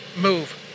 move